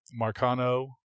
Marcano